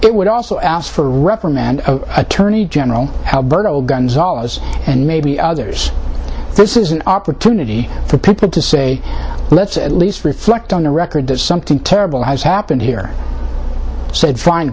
it would also ask for a reprimand attorney general alberto gonzales and maybe others this is an opportunity for people to say let's at least reflect on the record that something terrible has happened here said fin